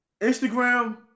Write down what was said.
Instagram